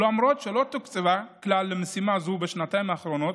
ולמרות שלא תוקצבה כלל למשימה זו בשנתיים האחרונות,